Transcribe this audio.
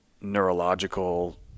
neurological